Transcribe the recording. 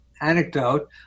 anecdote